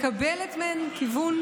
הצעת חוק הביטוח הלאומי (תיקון, כפל קצבאות),